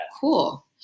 Cool